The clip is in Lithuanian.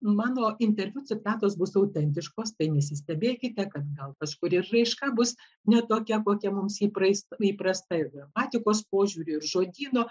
mano interviu citatos bus autentiškos tai nesistebėkite kad gal kažkur ir ir raiška bus ne tokia kokia mums įpraist įprasta gramatikos požiūriu ir žodyno